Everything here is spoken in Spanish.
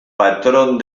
patrón